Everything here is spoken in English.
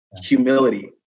humility